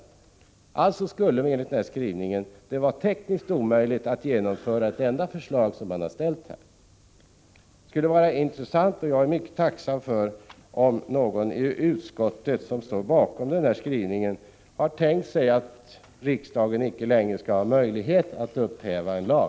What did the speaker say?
Alltså skulle det enligt denna skrivning vara tekniskt omöjligt att genomföra de förslag som ställts. Det skulle vara intressant och jag skulle vara mycket tacksam för om någon i utskottet som står bakom skrivningen ville tala om ifall man tänker sig att riksdagen inte längre skall ha möjlighet att upphäva en lag.